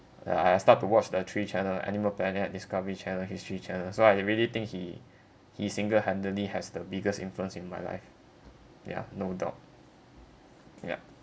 yeah I I start to watch the three channel animal planet discovery channel history channel so I really think he he single handedly has the biggest influence in my life yeah no doubt ya